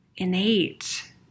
innate